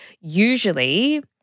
Usually